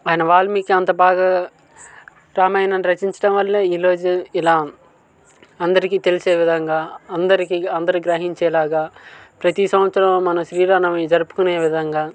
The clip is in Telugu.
ఆయన వాల్మీకి అంత బాగా రామాయణాన్ని రచించడం వల్లే ఈ రోజు ఇలా అందరికీ తెలిసే విధంగా అందరికీ అందరి గ్రహించేలాగా ప్రతి సంవత్సరం మన శ్రీరామ నవమి జరుపుకునే విధంగా